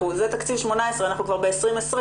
זה תקציב 2018. אנחנו כבר ב-2020.